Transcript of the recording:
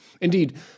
Indeed